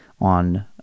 on